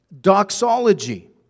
doxology